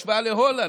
בהשוואה להולנד,